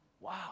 Wow